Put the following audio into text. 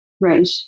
right